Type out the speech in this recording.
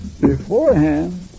beforehand